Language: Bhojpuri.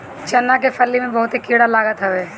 चना के फली में बहुते कीड़ा लागत हवे